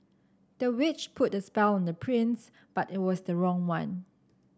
the witch put a spell on the prince but it was the wrong one